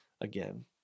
again